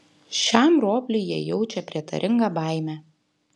šiam ropliui jie jaučia prietaringą baimę